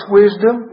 wisdom